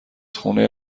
خونه